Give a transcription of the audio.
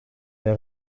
les